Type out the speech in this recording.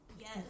Yes